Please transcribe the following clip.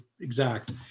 exact